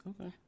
okay